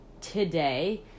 today